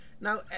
now